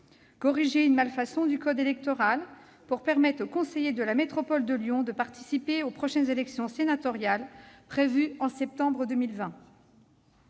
corriger une malfaçon du code électoral pour permettre aux conseillers de la métropole de Lyon de participer aux prochaines élections sénatoriales, prévues en septembre 2020.